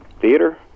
Theater